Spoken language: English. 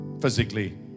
physically